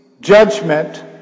judgment